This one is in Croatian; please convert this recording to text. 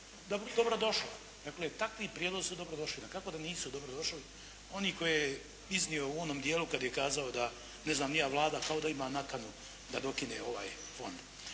dobro došla. Dakle, takvi prijedlozi su dobro došli, dakako da nisu dobro došli one koje je iznio u onom dijelu kada je kazao da, ne znam, ni ja, Vlada kao da ima nakanu da dokine ovaj Fond.